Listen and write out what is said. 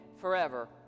forever